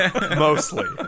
Mostly